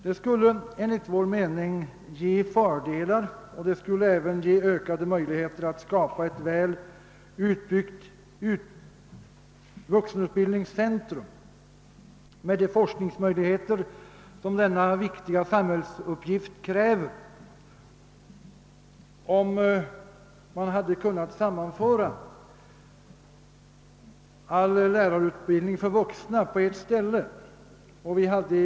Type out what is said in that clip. Det skulle enligt vår mening ge fördelar och även ökade möjligheter att skapa ett väl utbyggt vuxenutbildningscentrum med de forskningsmöjligheter som detta viktiga samhällsåtagande kräver, om all lärarutbildning för vuxna kunnat koncentreras till en ort.